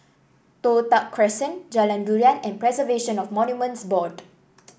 Toh Tuck Crescent Jalan Durian and Preservation of Monuments Board